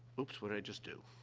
oops, what'd i just do?